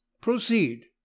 proceed